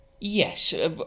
Yes